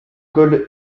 col